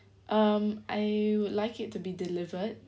um I would like it to be delivered